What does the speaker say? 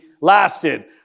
lasted